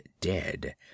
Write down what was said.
dead